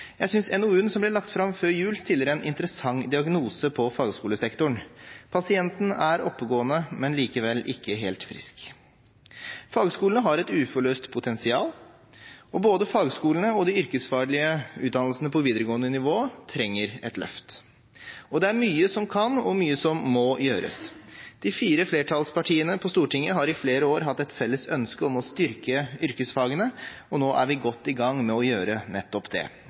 Jeg synes NOU-en som ble lagt fram før jul, stiller en interessant diagnose på fagskolesektoren: Pasienten er «oppegående, men likevel ikke helt frisk». Fagskolesektoren har et uforløst potensial, og både fagskolene og de yrkesfaglige utdannelsene på videregående nivå trenger et løft. Det er mye som kan gjøres og må gjøres. De fire flertallspartiene på Stortinget har i flere år hatt et felles ønske om å styrke yrkesfagene, og nå er vi godt i gang med å gjøre nettopp det.